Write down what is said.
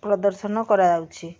ପ୍ରଦର୍ଶନ କରାଯାଉଛି